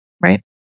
Right